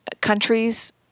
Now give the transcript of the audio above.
countries